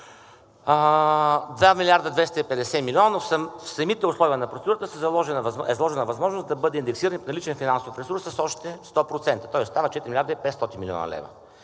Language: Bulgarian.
милиарда и 250 милиона, но в самите условия на процедурата е заложена възможност да бъде индексиран и приличен финансов ресурс с още 100%, тоест стават 4 млрд. и 500 млн. лв.